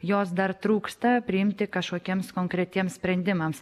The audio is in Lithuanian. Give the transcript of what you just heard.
jos dar trūksta priimti kažkokiems konkretiems sprendimams